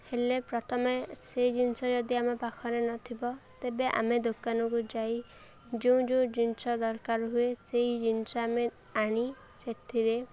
ହେଲେ ପ୍ରଥମେ ସେଇ ଜିନିଷ ଯଦି ଆମ ପାଖରେ ନଥିବ ତେବେ ଆମେ ଦୋକାନକୁ ଯାଇ ଯେଉଁ ଯେଉଁ ଜିନିଷ ଦରକାର ହୁଏ ସେଇ ଜିନିଷ ଆମେ ଆଣି ସେଥିରେ